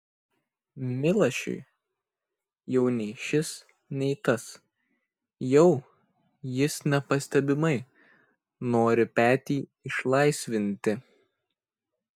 milašiui jau nei šis nei tas jau jis nepastebimai nori petį išlaisvinti